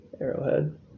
Arrowhead